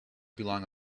belong